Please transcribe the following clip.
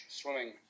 swimming